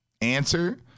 answer